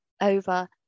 over